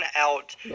out